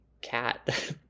cat